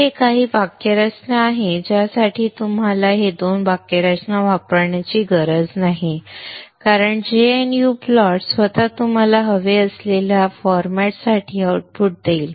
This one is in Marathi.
तर हे काही वाक्यरचना आहेत ज्यासाठी तुम्हाला हे दोन वाक्यरचना वापरण्याची गरज नाही कारण g n u प्लॉट स्वतः तुम्हाला हवे असलेल्या फॉरमॅटसाठी आउटपुट देईल